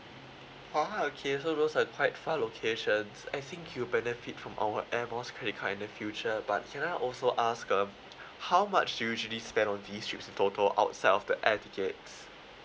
ah okay so those are quite far locations I think you'll benefit from our air miles credit card in the future but can I also ask uh how much do you usually spend on this trip in total outside of the air tickets